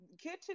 kitchen